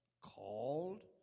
called